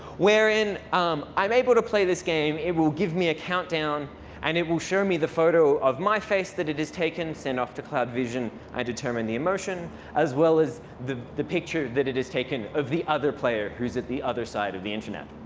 wherein um i'm able to play this game, it will give me a countdown and it will show me the photo of my face that it has taken, sent off to cloud vision i determine the emotion as well as the the picture that it has taken of the other player who's at the other side of the internet.